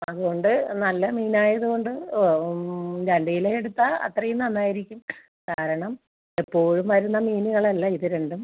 അത്കൊണ്ട് നല്ല മീനായത് കൊണ്ട് ഓ രണ്ട് കിലോ എടുത്താൽ അത്രയും നന്നായിരിക്കും കാരണം എപ്പോഴും വരുന്ന മീനുകളല്ല ഇത് രണ്ടും